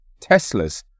Teslas